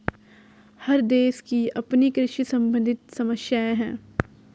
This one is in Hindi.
हर देश की अपनी कृषि सम्बंधित समस्याएं हैं